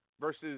versus